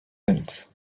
mills